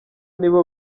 nibo